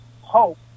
hope